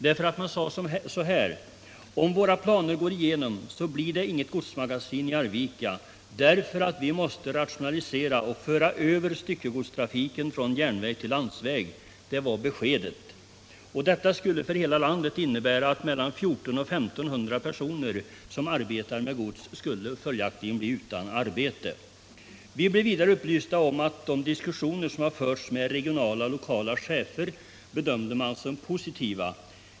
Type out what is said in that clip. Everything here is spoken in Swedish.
SJ framhöll nämligen: Om våra planer går igenom blir det inget godsmagasin i Arvika, därför att vi måste rationalisera och föra över styckegodstrafiken från järnväg till landsväg. Detta skulle innebära att mellan 1400 och 1 500 personer, som runt om i landet arbetar med gods, blev utan arbete. Vi blev vidare upplysta om att de diskussioner som förts med regionala och lokala chefer bedömts såsom positiva.